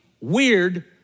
weird